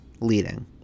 leading